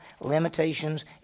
Limitations